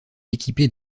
équipée